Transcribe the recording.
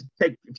take